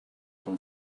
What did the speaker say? from